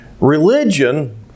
Religion